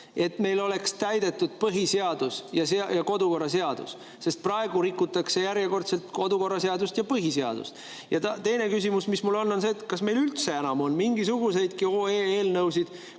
et meil oleks täidetud põhiseadus ja kodukorraseadus? Praegu rikutakse järjekordselt kodukorraseadust ja põhiseadust. Ja teine küsimus on mul see, et kas meil üldse enam on mingisuguseidki OE-sid,